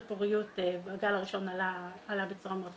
פוריות שבגל הראשון עלה בצורה מאוד חזקה.